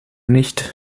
nicht